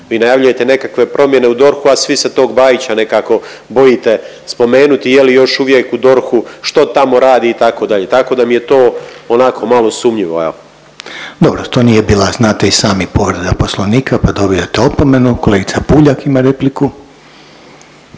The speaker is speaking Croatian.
Vi najavljujete nekakve promjene u DORH-u a svi se tog Bajića nekako bojite spomenute je li još uvijek u DORH-u, što tamo radi itd. Tako da mi je to onako malo sumnjivo evo. **Reiner, Željko (HDZ)** Dobro. To nije bila znate i sami povreda Poslovnika pa dobijate opomenu. Kolegica Puljak ima repliku.